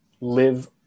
live